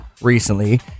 recently